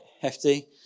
hefty